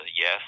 yes